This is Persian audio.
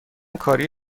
کاری